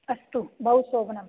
अस्तु बहु सोबनम्